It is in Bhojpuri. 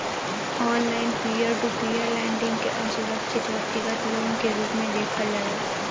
online peer to peer lending के असुरक्षित व्यतिगत लोन के रूप में देखल जाला